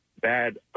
bad